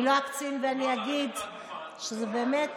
אני לא אקצין ואני אגיד שזה באמת